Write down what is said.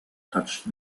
touched